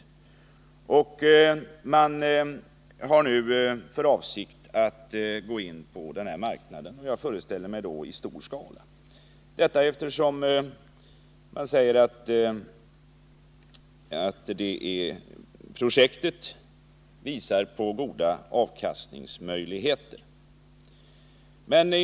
SSAB har alltså för avsikt att gå in på den här aktuella marknaden, och eftersom man säger att projektet visar goda avkastningsmöjligheter föreställer jag mig att det kommer att ske i stor skala.